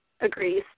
agrees